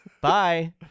Bye